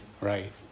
right